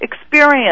experience